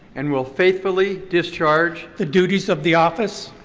and will faithfully discharge. the duties of the office.